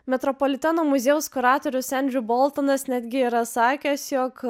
metropoliteno muziejaus kuratorius endriu boltonas netgi yra sakęs jog